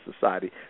society